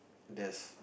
there's